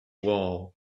wall